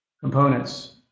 components